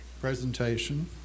presentation